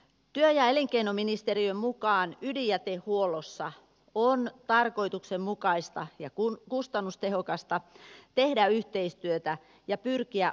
työ ja elinkeinoministeriön mukaan ydinjätehuollossa on tarkoituksenmukaista ja kustannustehokasta tehdä yhteistyötä ja pyrkiä optimoituun ratkaisuun